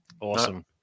Awesome